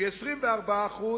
מ-24%